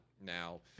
now